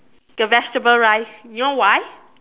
the vegetable rice you know why